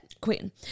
Queen